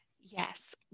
Yes